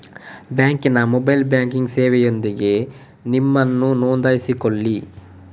ಬ್ಯಾಂಕಿನ mobile banking ಸೇವೆಯೊಂದಿಗೆ ನಿಮ್ಮನ್ನು ನೋಂದಾಯಿಸಿಕೊಳ್ಳಿ